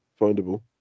findable